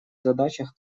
задачах